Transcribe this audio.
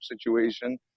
situation